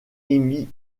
émis